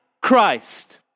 Christ